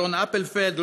אהרן אפלפלד,